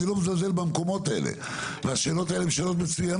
אני לא מזלזל במקומות האלה והשאלות מצוינות